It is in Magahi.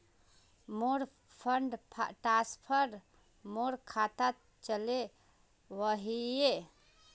मोर फंड ट्रांसफर मोर खातात चले वहिये